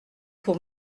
pour